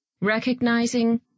recognizing